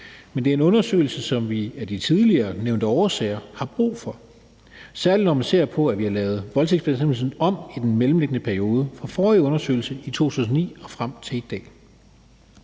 Men det er en undersøgelse, som vi af de tidligere nævnte årsager har brug for, særlig når man ser på, at vi har lavet voldtægtsbestemmelsen om i den mellemliggende periode fra den forrige undersøgelse i 2009 og frem til i dag.